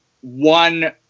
one